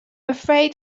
afraid